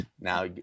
now